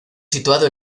situado